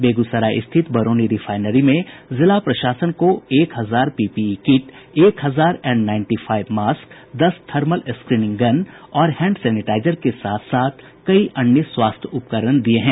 बेगूसराय स्थित बरौनी रिफाईनरी में जिला प्रशासन को एक हजार पीपीई किट एक हजार एन नाइंटी फाइव मास्क दस थर्मल स्क्रीनिंग गन और हैंड सेनेटाईजर के साथ साथ कई अन्य स्वास्थ्य उपकरण दिये हैं